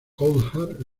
coulthard